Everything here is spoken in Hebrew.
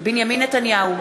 בנימין נתניהו,